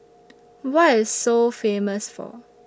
What IS Seoul Famous For